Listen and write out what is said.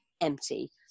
empty